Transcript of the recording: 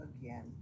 again